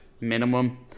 minimum